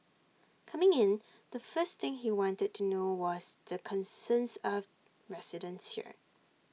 coming in the first thing he wanted to know was the concerns of residents here